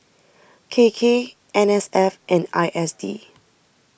K K N S F and I S D